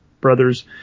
Brothers